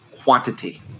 quantity